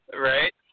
Right